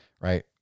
right